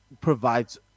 provides